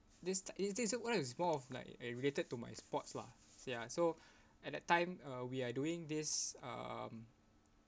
this it's this what is more of like uh related to my sports lah ya so at that time uh we are doing this um